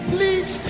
Please